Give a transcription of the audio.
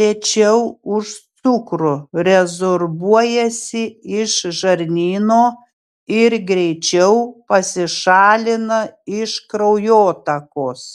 lėčiau už cukrų rezorbuojasi iš žarnyno ir greičiau pasišalina iš kraujotakos